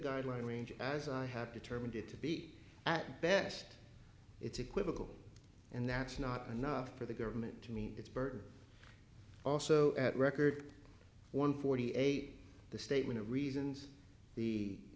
guidelines range as i have to terminate it to be at best it's equivocal and that's not enough for the government to meet its burden also at record one forty eight the statement of reasons the